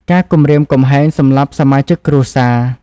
ការគំរាមកំហែងសម្លាប់សមាជិកគ្រួសារ។